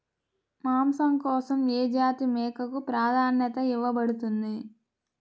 మాంసం కోసం ఏ జాతి మేకకు ప్రాధాన్యత ఇవ్వబడుతుంది?